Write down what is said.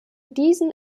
diesen